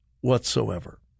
whatsoever